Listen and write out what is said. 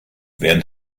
während